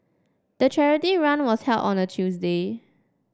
the charity run was held on a Tuesday